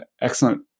excellent